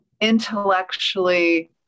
intellectually